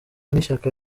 n’ishyaka